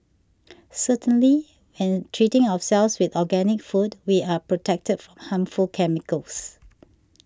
certainly when treating ourselves with organic food we are protected harmful chemicals